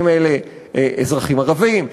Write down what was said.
אם אלה אזרחים ערבים,